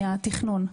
מהתכנון.